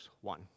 one